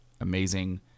amazing